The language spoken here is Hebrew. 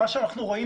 מה שאנחנו רואים